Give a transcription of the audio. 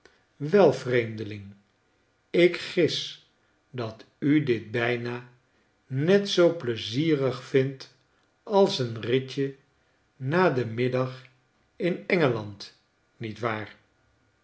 wel vreemdeling ik gis dat u dit bijna net zoo pleizierig vindt als n ritje na den middag in e n g eland niet waar